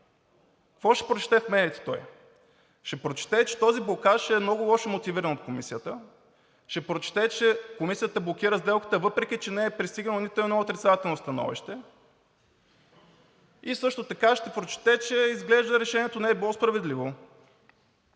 Какво ще прочете в медиите той ? Ще прочете, че този блокаж е много лошо мотивиран от Комисията, ще прочете, че Комисията блокира сделката, въпреки че не е пристигнало нито едно отрицателно становище, и също така ще прочете, че изглежда, решението не е било справедливо.